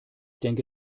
denke